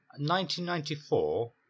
1994